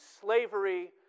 slavery